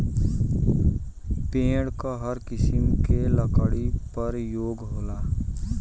पेड़ क हर किसिम के लकड़ी परयोग होला